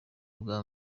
bwa